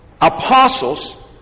apostles